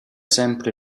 sempre